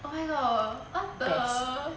oh my god what the